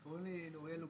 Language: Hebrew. קוראים לי נוריאל נוגריאן,